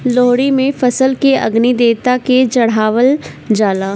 लोहड़ी में फसल के अग्नि देवता के चढ़ावल जाला